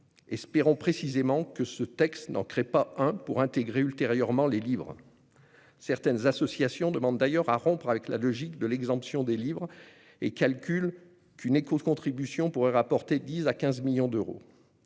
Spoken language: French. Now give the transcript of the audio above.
Espérons précisément que ce texte n'en crée pas un pour intégrer ultérieurement les livres. Certaines associations demandent d'ailleurs à rompre avec la logique de l'exemption des livres et calculent qu'une écocontribution pourrait rapporter 10 millions d'euros